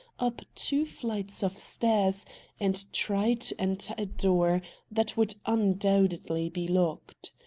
up two flights of stairs and try to enter a door that would undoubtedly be locked.